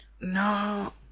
No